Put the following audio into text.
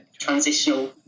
transitional